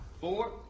four